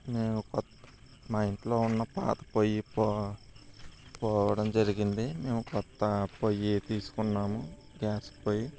మేము కొత్ మా ఇంట్లో ఉన్న పాత పొయ్యి పొ పోవడం జరిగింది మేము కొత్త పొయ్యి తీసుకున్నాము గ్యాస్ పొయ్యి